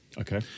Okay